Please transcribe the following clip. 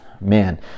man